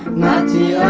ninety